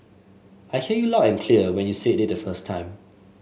I heard you loud and clear when you said it the first time